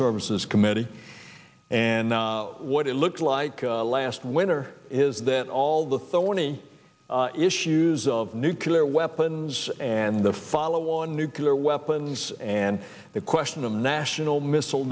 services committee and what it looked like last winter is that all the thorny issues of nuclear weapons and the follow on nuclear weapons and the question of national missile